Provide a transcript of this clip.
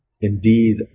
indeed